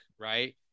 right